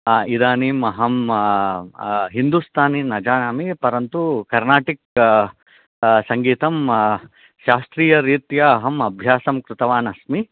इदानीम् अहं हिन्दुस्तानी न जानामि परन्तु कर्णाटिक् सङ्गीतं शास्त्रीय रित्या अहम् अभ्यासं कृतवान् अस्मि